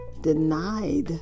denied